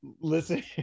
listen